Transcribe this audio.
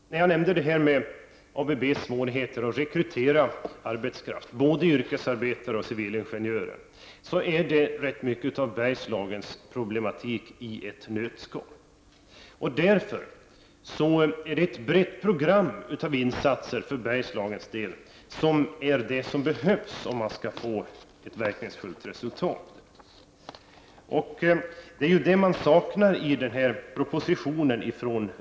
Jag nämnde ABB:s svårigheter att rekrytera arbetskraft, både yrkesarbetare och civilingenjörer. Det är Bergslagens problematik i ett nötskal. Därför behövs ett brett program av insatser för Bergslagens del om man skall få ett verkningsfullt resultat. Det är det man saknar i regeringens proposition.